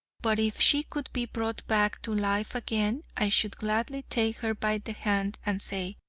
but if she could be brought back to life again, i should gladly take her by the hand and say,